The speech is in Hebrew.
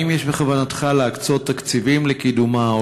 האם יש בכוונתך להקצות תקציבים לקידומה,